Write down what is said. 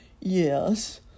Yes